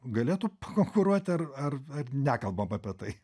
galėtų konkuruoti ar ar nekalbam apie tai